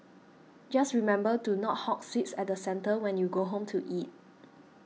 just remember to not hog seats at the centre when you go home to eat